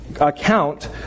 account